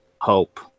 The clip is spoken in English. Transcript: hope